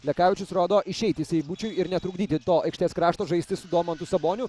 lekavičius rodo išeiti seibučiui ir netrukdyti to aikštės krašto žaisti su domantu saboniu